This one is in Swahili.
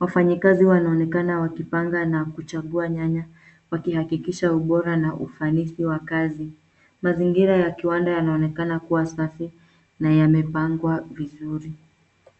Wafanyikazi wanaonekana wakipanga na kuchagua nyanya, wakihakikisha ubora na ufanisi wa kazi. Mazingira ya kiwanda yanaonekana kuwa safi na yamepangwa vizuri.